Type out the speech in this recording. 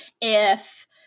if-